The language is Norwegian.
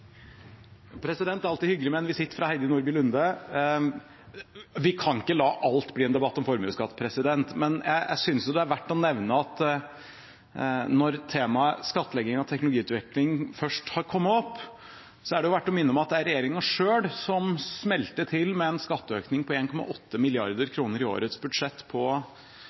Det er alltid hyggelig med en visitt fra Heidi Nordby Lunde. Vi kan ikke la alt bli en debatt om formuesskatt, men jeg synes at når temaet skattlegging av teknologiutvikling først har kommet opp, er det verdt å minne om at det var regjeringen selv som smalt til med en skatteøkning på 1,8 mrd. kr i årets budsjett på